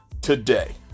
today